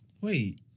Wait